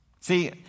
See